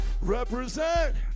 Represent